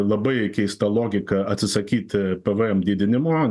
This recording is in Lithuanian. labai keista logika atsisakyti pavajem didinimo